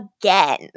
again